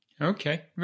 Okay